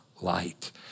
light